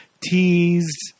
teased